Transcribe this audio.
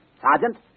Sergeant